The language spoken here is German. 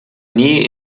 nie